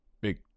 Big